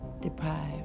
Deprived